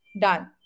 done